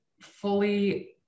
fully